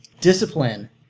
discipline